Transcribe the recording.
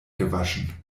gewaschen